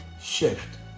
shift